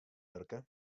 wurke